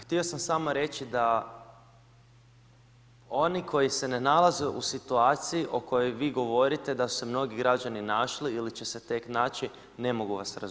Htio sam samo reći da oni koji se ne nalaze u situaciji o kojoj vi govorite, da su se mnogi građani našli ili će se tek naći, ne mogu vas razumjeti.